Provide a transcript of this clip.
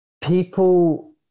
people